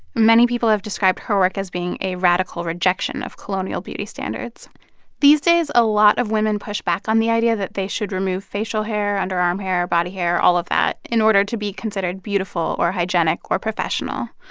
many people have described her work as being a radical rejection of colonial beauty standards these days, a lot of women push back on the idea that they should remove facial hair, underarm hair, body hair all of that in order to be considered beautiful or hygienic or professional.